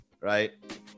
right